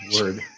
word